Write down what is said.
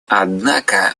однако